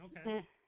Okay